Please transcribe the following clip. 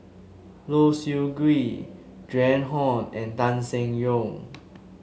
Low Siew Nghee Joan Hon and Tan Seng Yong